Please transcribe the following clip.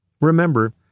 Remember